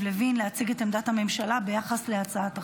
לוין להציג את עמדת הממשלה ביחס להצעת החוק.